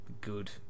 good